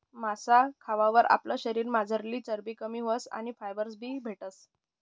मासा खावावर आपला शरीरमझारली चरबी कमी व्हस आणि फॉस्फरस बी भेटस